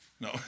no